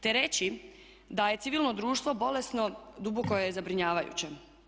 Te reći da je civilno društvo bolesno duboko je zabrinjavajuće.